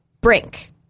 Brink